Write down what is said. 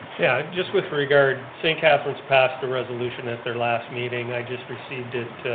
yeah, just with regard, st. catherine's passed a resolution at their last meeting. i just received it,